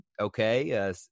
okay